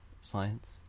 science